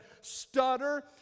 stutter